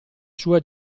sua